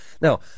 Now